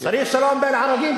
צריך שלום בין ערבים,